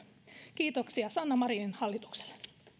kiitoksia sanna marinin hallitukselle